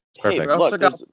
Perfect